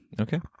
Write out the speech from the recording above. Okay